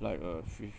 like uh fif~